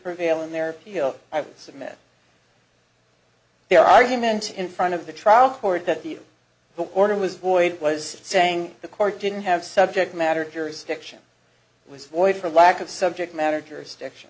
prevail in their deal i would submit their argument in front of the trial court that the the order was void was saying the court didn't have subject matter jurisdiction was void for lack of subject matter jurisdiction